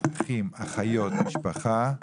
אחים, אחיות, משפחה,